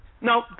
No